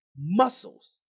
Muscles